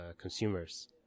consumers